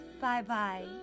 bye-bye